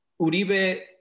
Uribe